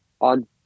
on